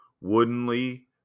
woodenly